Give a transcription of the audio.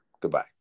goodbye